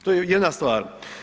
To je jedna stvar.